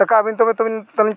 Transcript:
ᱫᱮᱠᱷᱟ ᱟᱵᱤᱱ ᱛᱚᱵᱮ ᱛᱚᱵᱤᱱ ᱟᱹᱞᱤᱧ